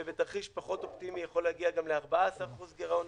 ובתרחיש פחות אופטימי יכול גם להגיע ל-14% גירעון.